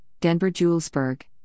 Denver-Julesburg